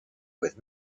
with